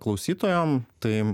klausytojam tai